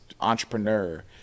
entrepreneur